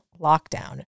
lockdown